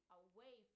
away